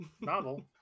Novel